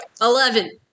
Eleven